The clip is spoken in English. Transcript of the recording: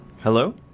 Hello